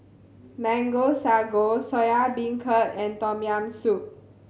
Mango Sago Soya Beancurd and Tom Yam Soup